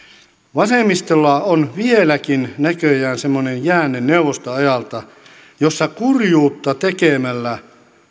vasemmistolla on vieläkin näköjään semmoinen jäänne neuvostoajalta jossa kurjuutta tekemällä